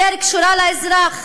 יותר קשורה לאזרח